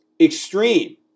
extreme